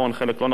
חלק לא נכון,